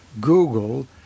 Google